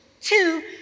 Two